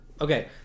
Okay